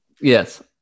Yes